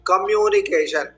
Communication